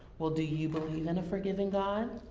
well, do you believe in a forgiving god?